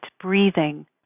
breathing